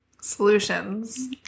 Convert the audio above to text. Solutions